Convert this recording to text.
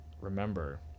remember